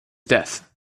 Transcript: death